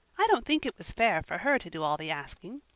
i don't think it was fair for her to do all the asking.